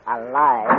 alive